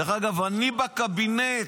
דרך אגב, אני בקבינט